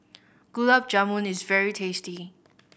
Gulab Jamun is very tasty